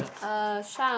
uh Shung